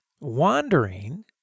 Wandering